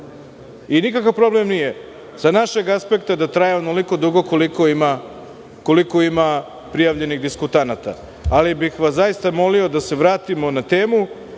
i nikakav problem nije sa našeg aspekta da traje onoliko dugo koliko ima prijavljenih diskutanata, ali bih vas zaista molio da se vratimo na temu,